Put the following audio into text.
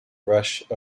rush